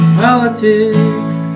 politics